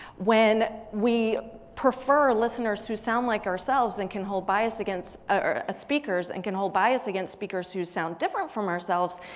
when we prefer listeners who sound like ourselves and can hold bias against ah speakers and can hold bias against speakers who sound different from ourselves.